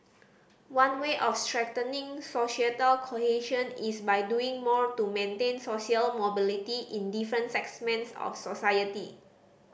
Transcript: one way of strengthening societal cohesion is by doing more to maintain social mobility in different segments of society